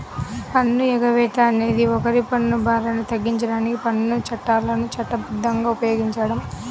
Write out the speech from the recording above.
పన్ను ఎగవేత అనేది ఒకరి పన్ను భారాన్ని తగ్గించడానికి పన్ను చట్టాలను చట్టబద్ధంగా ఉపయోగించడం